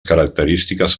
característiques